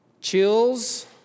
Chills